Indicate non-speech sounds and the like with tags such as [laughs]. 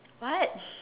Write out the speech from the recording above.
what [laughs]